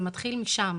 זה מתחיל משם.